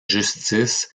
justice